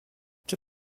czy